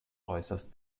äußerst